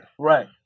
Right